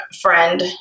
friend